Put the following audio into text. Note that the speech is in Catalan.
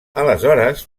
aleshores